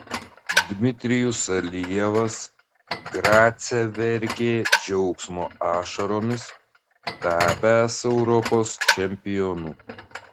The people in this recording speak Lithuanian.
dmitrijus alijevas grace verkė džiaugsmo ašaromis tapęs europos čempionu